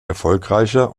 erfolgreicher